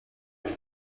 بالا